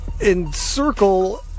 encircle